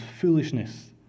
foolishness